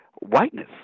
whiteness